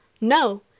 no